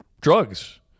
drugs